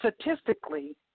statistically